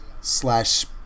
slash